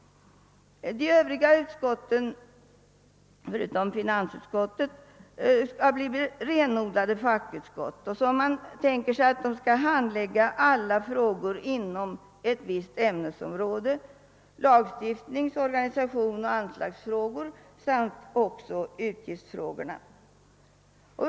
De övriga utskotten, förutom finansutskottet, skall bli renodlade fackutskott, och man tänker sig att de skall handlägga alla frågor inom ett visst ämnesområde: = lagstiftnings-, organisationsoch anslagsfrågor samt också utgiftsfrågorna.